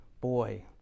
boy